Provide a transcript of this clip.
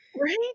Right